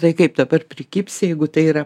tai kaip dabar prikibs jeigu tai yra